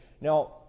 Now